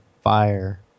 fire